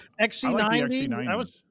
XC90